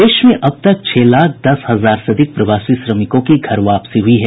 प्रदेश में अब तक छह लाख दस हजार से अधिक प्रवासी श्रमिकों की घर वापसी हुई है